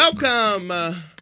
Welcome